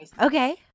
Okay